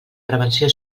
prevenció